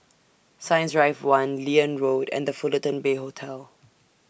Science Drive one Liane Road and The Fullerton Bay Hotel